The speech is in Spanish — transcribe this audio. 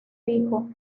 hijo